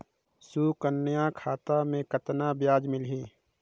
सुकन्या खाता मे कतना ब्याज मिलही?